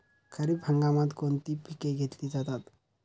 खरीप हंगामात कोणती पिके घेतली जातात?